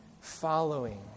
following